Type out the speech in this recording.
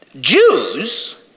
Jews